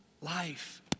life